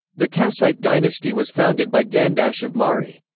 the kassite dynasty was founded by gandash of mari.